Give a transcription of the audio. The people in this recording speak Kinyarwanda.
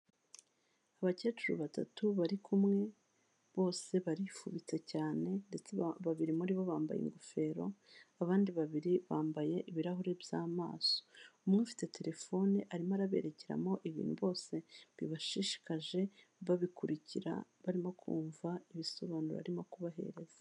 Abakecuru batatu bari kumwe, bose barifubitse cyane ndetse babiri muri bo bambaye ingofero, abandi babiri bambaye ibirahuri by'amaso, umwe ufite telefone arimo araberekeramo ibintu bose bibashishikaje, babikurikira barimo kumva ibisobanuro arimo kubahereza.